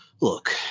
look